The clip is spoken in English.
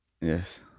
yes